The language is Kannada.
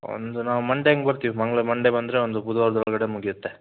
ಒಂದು ನಾವು ಮಂಡೇ ಹಾಗೆ ಬರ್ತೀವಿ ಮಂಡೇ ಬಂದರೆ ಒಂದು ಬುಧವಾರದೊಳಗಡೆ ಮುಗಿಯತ್ತೆ